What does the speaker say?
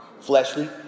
fleshly